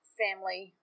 family